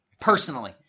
personally